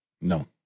No